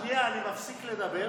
שנייה, שנייה, אני מפסיק לדבר.